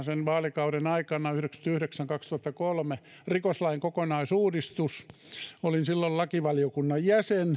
sen vaalikauden aikana tuhatyhdeksänsataayhdeksänkymmentäyhdeksän viiva kaksituhattakolme rikoslain kokonaisuudistus olin silloin lakivaliokunnan jäsen